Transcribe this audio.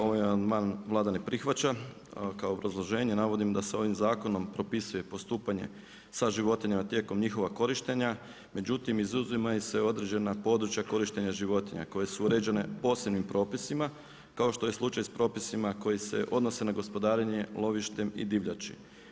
Ovaj amandman Vlada ne prihvaća a kao obrazloženje navodim da se ovim zakonom propisuje postupanje sa životinjama tijekom njihova korištenja, međutim izuzimaju se određena područja korištenja životinja koje su uređene posebnim propisima kao što je slučaj sa propisima koji se odnose na gospodarenje lovištem i divljači.